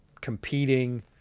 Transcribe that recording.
competing